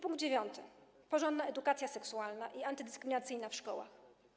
Punkt dziewiąty: porządna edukacja seksualna i antydyskryminacyjna w szkołach.